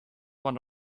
one